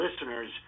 listeners